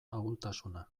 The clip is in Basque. ahultasuna